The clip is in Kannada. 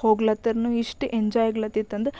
ಹೋಗ್ಲತ್ತರ್ನು ಇಷ್ಟು ಎಂಜೋಯ್ ಆಗ್ಲತಿತ್ತಂದ್ರ